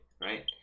right